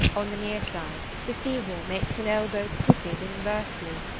on the near side, the sea-wall makes an elbow crooked inversely,